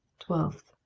twelve.